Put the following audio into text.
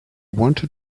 wanted